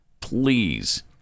Please